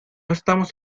estamos